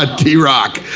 ah t-rock.